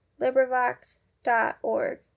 LibriVox.org